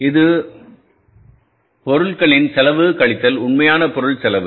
இது பொருட்களின்செலவு கழித்தல் உண்மையான பொருள் செலவு